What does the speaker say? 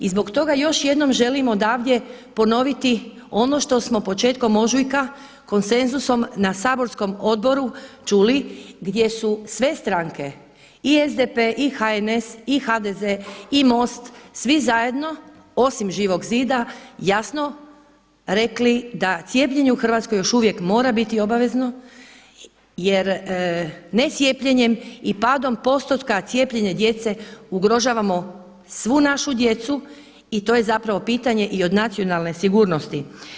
I zbog toga još jednom želim odavdje ponoviti ono što smo početkom ožujka, konsenzusom na saborskom odboru čuli gdje su sve stranke i SDP i HNS i HDZ i MOST, svi zajedno osim Živog zida, jasno rekli da cijepljenje u Hrvatskoj još uvijek mora biti obavezno jer necijepljenjem i padom postotka cijepljenja djece ugrožavamo svu našu djecu i to je zapravo pitanje i od nacionalne sigurnosti.